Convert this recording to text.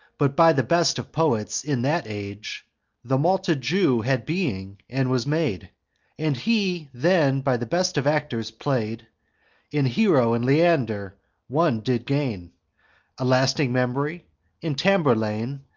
but by the best of poets in that age the malta-jew had being and was made and he then by the best of actors play'd in hero and leander one did gain a lasting memory in tamburlaine,